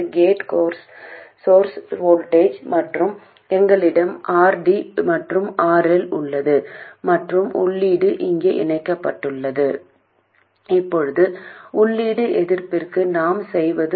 அடிப்படையில் இந்த மின்னழுத்த மூலமானது இந்த மின்தடை பிரிப்பான் முழுவதும் தோன்றுவதை நான் கவனிப்பேன்